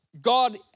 God